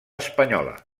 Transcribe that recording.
espanyola